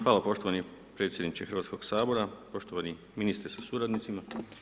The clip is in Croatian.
Hvala poštovani predsjedniče Hrvatskog sabora, poštovani ministre sa suradnicima.